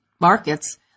markets